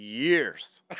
years